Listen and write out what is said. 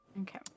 okay